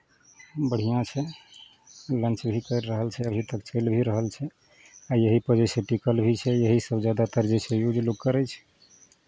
बढ़िआँ छै लॉन्च भी करि रहल छै अभी तक चलि भी रहल छै आ यही पर जे छै टिकल भी छै यहीसभ जादातर जे छै यूज लोक करै छै